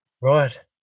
Right